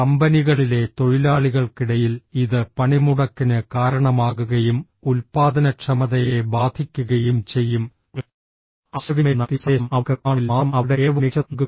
കമ്പനികളിലെ തൊഴിലാളികൾക്കിടയിൽ ഇത് പണിമുടക്കിന് കാരണമാകുകയും ഉൽപ്പാദനക്ഷമതയെ ബാധിക്കുകയും ചെയ്യും ആശയവിനിമയം നടത്തിയ സന്ദേശം അവർക്ക് വ്യക്തമാണെങ്കിൽ മാത്രം അവരുടെ ഏറ്റവും മികച്ചത് നൽകുക